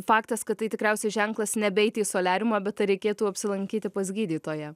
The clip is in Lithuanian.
faktas kad tai tikriausiai ženklas nebeiti į soliariumą bet reikėtų apsilankyti pas gydytoją